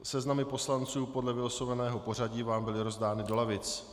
Seznamy poslanců podle vylosovaného pořadí vám byly rozdány do lavic.